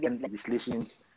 legislations